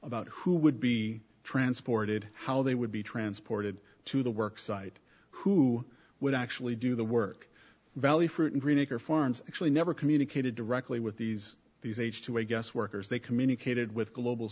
about who would be transported how they would be transported to the work site who would actually do the work valley fruit and greenacre farms actually never communicated directly with these these h two i guess workers they communicated with global